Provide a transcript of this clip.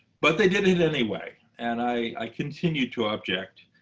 but they did it anyway. and i continued to object.